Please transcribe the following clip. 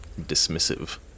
dismissive